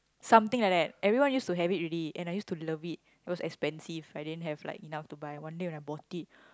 something like that everyone used to have it already and I used to love it it was expensive I didn't have like enough to buy one day I bought it